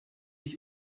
ich